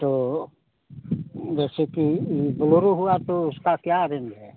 तो जैसे कि यह ब्लोरो हुआ तो उसका क्या रेंज है